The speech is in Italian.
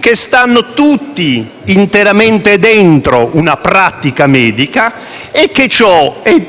che stanno tutti interamente dentro una pratica medica e che ciò è